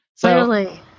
Clearly